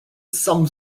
some